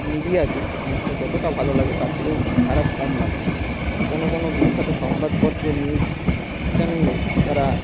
মিডিয়াকে অনেকটা যতটা ভালো লাগে তার থেকেও খারাপ কম লাগে কোনো কোনো বিখ্যাত সংবাদপত্রের নিউজ চ্যানেলে তারা